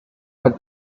had